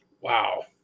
Wow